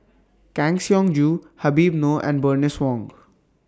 Kang Siong Joo Habib Noh and Bernice Wong